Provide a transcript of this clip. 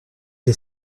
est